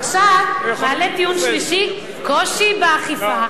עכשיו אעלה טיעון שלישי, קושי באכיפה.